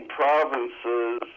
provinces